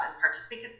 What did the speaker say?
participate